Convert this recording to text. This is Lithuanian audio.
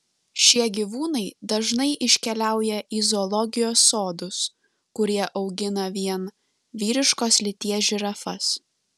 šie gyvūnai dažnai iškeliauja į zoologijos sodus kurie augina vien vyriškos lyties žirafas